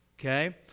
okay